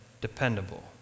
dependable